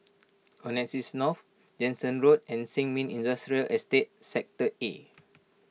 Connexis North Jansen Road and Sin Ming Industrial Estate Sector A